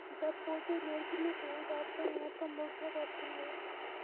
जब पौधे निर्जलित हो जाते हैं तो मुरझा जाते हैं